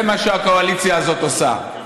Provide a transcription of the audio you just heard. זה מה שהקואליציה הזאת עושה,